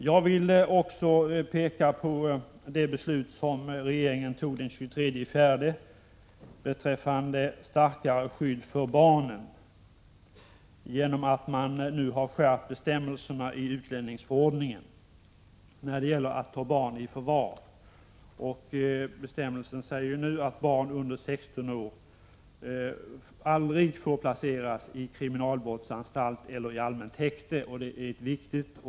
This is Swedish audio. Jag vill också peka på det beslut som regeringen tog den 23 april beträffande starkare skydd för barnen. Man skärpte bestämmelserna i utlänningsförordningen när det gäller att ta barn i förvar. Barn under 16 år får enligt de nya reglerna aldrig placeras i kriminalvårdsanstalt eller i allmänt — Prot. 1986/87:119 häkte.